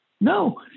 No